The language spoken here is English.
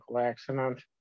accident